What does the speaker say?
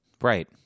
right